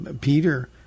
Peter